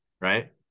right